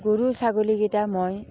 গৰু ছাগলীকেইটা মই